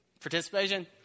Participation